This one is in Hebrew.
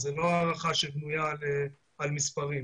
זו לא הערכה שבנויה על מספרים.